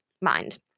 mind